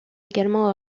également